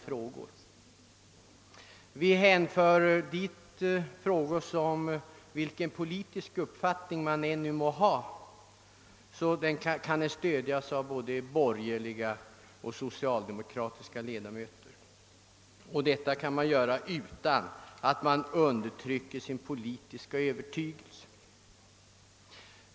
Till sådana hänför vi frågor som kan stödjas av både borgerliga och socialdemokratiska ledamöter utan att de fördenskull behöver undertrycka sin politiska övertygelse.